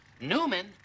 Newman